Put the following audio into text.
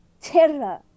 terror